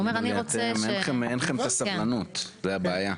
אין לכם את הסבלנות, זו הבעיה.